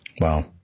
Wow